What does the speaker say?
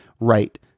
right